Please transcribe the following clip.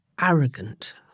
arrogant